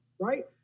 right